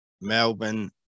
Melbourne